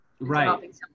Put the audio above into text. right